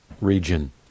region